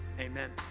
Amen